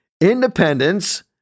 independence